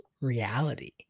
reality